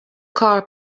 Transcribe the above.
car